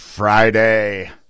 Friday